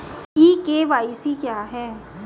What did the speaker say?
ई KYC क्या है?